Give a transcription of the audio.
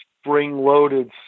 spring-loaded